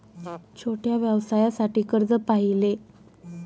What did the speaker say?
छोट्या व्यवसायासाठी कर्ज पाहिजे आहे प्रोसेस काय करावी लागेल?